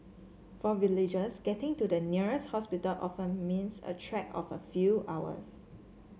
for villagers getting to the nearest hospital often means a trek of a few hours